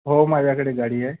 हो माझ्याकडे गाडी आहे